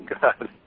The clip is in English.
God